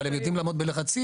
אבל הם יודעים לעמוד בלחצים,